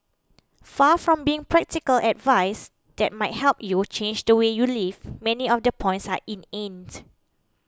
far from being practical advice that might help you change the way you live many of the points are